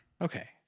Okay